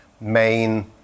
main